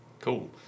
cool